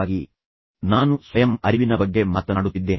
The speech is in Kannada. ಈಗ ಎರಡನೇ ಮಾಡ್ಯೂಲ್ನಲ್ಲಿ ಸ್ಥೂಲವಾಗಿ ನಾನು ಸ್ವಯಂ ಅರಿವಿನ ಬಗ್ಗೆ ಮಾತನಾಡುತ್ತಿದ್ದೇನೆ